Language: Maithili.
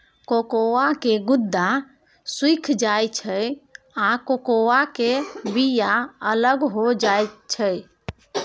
कोकोआ के गुद्दा सुइख जाइ छइ आ कोकोआ के बिया अलग हो जाइ छइ